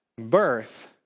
birth